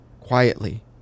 Quietly